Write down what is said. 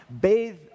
bathe